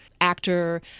actor